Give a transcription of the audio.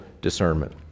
discernment